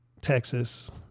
Texas